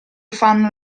fanno